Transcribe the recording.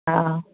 हँ